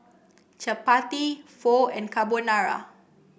Chapati Pho and Carbonara